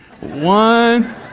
One